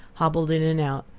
hobbled in and out,